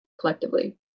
collectively